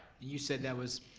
you said that was,